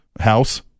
house